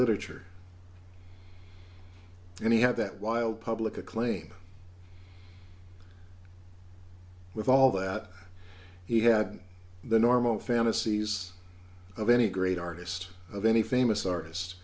literature and he had that wild public acclaim with all that he had the normal fantasies of any great artist of any famous artist